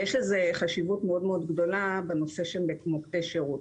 יש לזה חשיבות מאוד מאוד גדולה בנושא של מוקדי שירות.